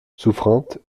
souffrante